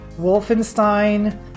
Wolfenstein